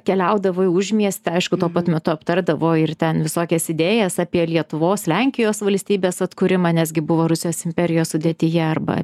keliaudavo į užmiestį aišku tuo pat metu aptardavo ir ten visokias idėjas apie lietuvos lenkijos valstybės atkūrimą nesgi buvo rusijos imperijos sudėtyje arba